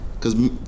Cause